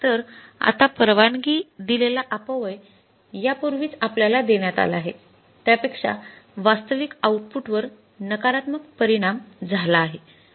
तर आता परवानगी दिलेला अपव्यय यापूर्वीच आपल्याला देण्यात आला आहे त्यापेक्षा वास्तविक आऊटपुटवर नकारात्मक परिणाम झाला आहे